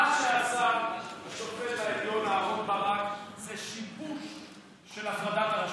מה שעשה השופט העליון אהרן ברק זה שיבוש של הפרדת הרשויות,